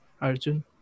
Arjun